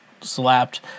slapped